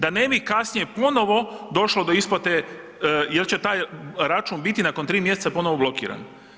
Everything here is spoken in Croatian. Da ne bi kasnije ponovo došlo do isplate, jer će taj račun biti nakon 3 mjeseca ponovo blokiran.